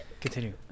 Continue